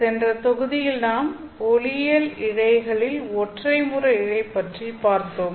சென்ற தொகுதியில் நாம் ஒளியியல் இழைகளில் ஒற்றை முறை இழை பற்றி பார்த்தோம்